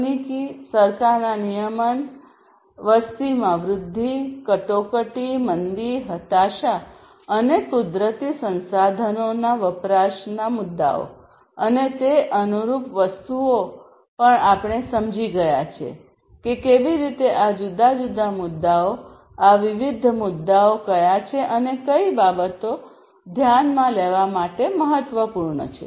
તકનીકી સરકારના નિયમન વસ્તીમાં વૃદ્ધિ કટોકટી મંદી હતાશા અને કુદરતી સંસાધનોના વપરાશના મુદ્દાઓ અને તે અનુરૂપ વસ્તુઓ પણ આપણે સમજી ગયા છે કે કેવી રીતે આ જુદા જુદા મુદ્દાઓ આ વિવિધ મુદ્દાઓ કયા છે અને કઇ બાબતો ધ્યાનમાં લેવા માટે મહત્વપૂર્ણ છે